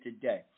today